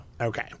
Okay